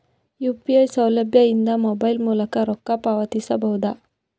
UPI ಸೌಲಭ್ಯ ಇಂದ mobile ಮೂಲಕ ರೊಕ್ಕ ಪಾವತಿಸ ಬಹುದಾ?